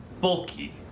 bulky